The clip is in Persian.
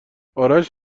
آرش